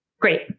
great